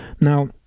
Now